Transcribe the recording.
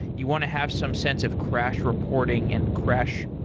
you want to have some sense of crash reporting and crash,